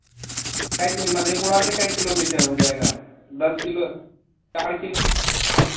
कै मधेपुरा से कै किलोमीटर हो जाएगा दस किलो चार किलो